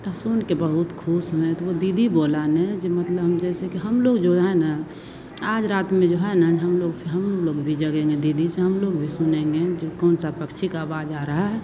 तो सुनकर बहुत ख़ुश हुए तो वह दीदी बोली नहीं ये मतलब हम जैसे कि हम लोग जो है ना आज रात में जो है ना ये हम लोग फिर हम लोग भी जगेंगे दीदी ऐसे हम लोग भी सुनेंगे जो कौन सा पक्षी की आवाज़ आ रही है